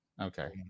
okay